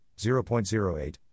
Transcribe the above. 0.08